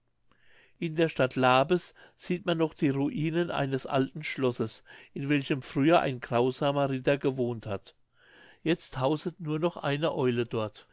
in der stadt labes sieht man noch die ruinen eines alten schlosses in welchem früher ein grausamer ritter gewohnt hat jetzt hauset nur noch eine eule dort